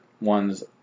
ones